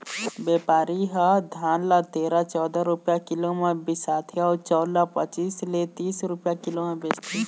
बेपारी ह धान ल तेरा, चउदा रूपिया किलो म बिसाथे अउ चउर ल पचीस ले तीस रूपिया किलो म बेचथे